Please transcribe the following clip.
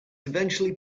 eventually